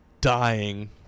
dying